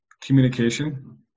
communication